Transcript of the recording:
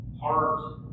heart